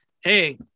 Hey